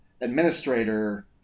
administrator